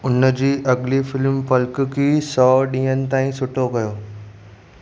हुन जी अॻली फ़िल्मु पल्लक्की सौ ॾींहनि ताईं सुठो कयो